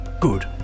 Good